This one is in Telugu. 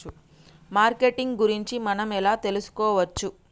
మార్కెటింగ్ గురించి మనం ఎలా తెలుసుకోవచ్చు?